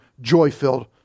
joy-filled